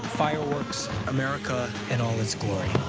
fireworks america in all it's glory